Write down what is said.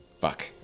Fuck